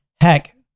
heck